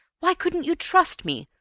why couldn't you trust me?